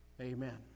Amen